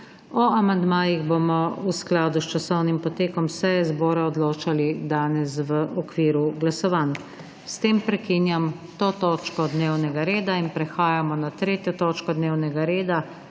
O amandmajih bomo v skladu s časovnim potekom seje zbora odločali danes v okviru glasovanj. S tem prekinjam to točko dnevnega reda. Prehajamo na **3. TOČKO DNEVNEGA REDA,